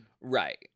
right